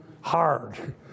hard